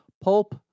Pulp